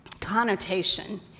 connotation